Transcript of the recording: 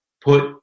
put